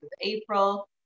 April